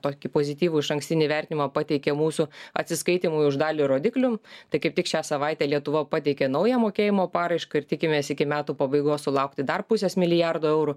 tokį pozityvų išankstinį vertinimą pateikė mūsų atsiskaitymui už dalį rodiklių tai kaip tik šią savaitę lietuva pateikė naują mokėjimo paraišką ir tikimės iki metų pabaigos sulaukti dar pusės milijardo eurų